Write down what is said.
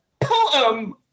poem